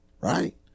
right